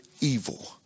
evil